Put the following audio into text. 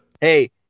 Hey